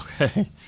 Okay